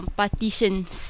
partitions